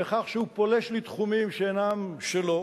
בכך שהוא פולש לתחומים שאינם שלו?